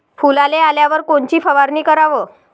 फुलाले आल्यावर कोनची फवारनी कराव?